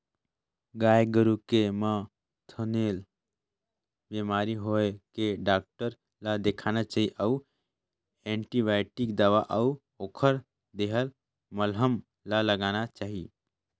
गाय गोरु के म थनैल बेमारी होय ले डॉक्टर ल देखाना चाही अउ एंटीबायोटिक दवा अउ ओखर देहल मलहम ल लगाना चाही